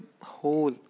whole